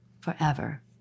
forever